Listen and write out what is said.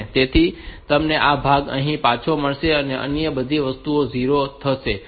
તેથી તમને આ ભાગ અહીં પાછો મળશે અને અન્ય બધી વસ્તુઓ 0 હશે